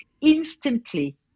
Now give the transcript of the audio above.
instantly